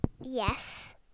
Yes